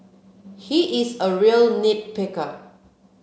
he is a real nit picker